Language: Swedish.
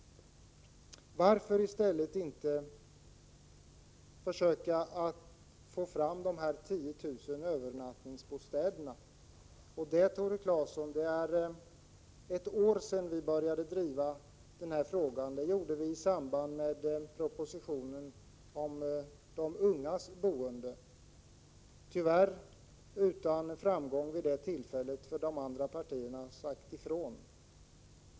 Varför inte i stället försöka få fram de 10 000 övernattningsbostäderna? Det är, Tore Claeson, ett år sedan vi började driva denna fråga. Det gjorde vi i samband med propositionen om de ungas boende, tyvärr utan framgång vid det tillfället. De andra partierna sade ifrån.